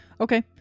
Okay